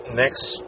next